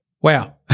Wow